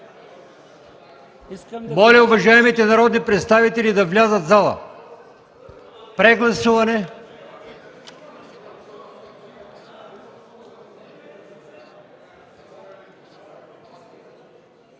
Моля, уважаемите народни представители да влязат в залата. Прегласуване. Гласували